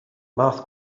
math